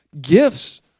gifts